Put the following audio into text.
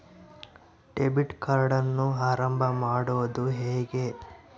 Debit ಕಾರ್ಡನ್ನು ಆರಂಭ ಮಾಡೋದು ಹೇಗೆ?